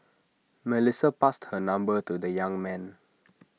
Melissa passed her number to the young man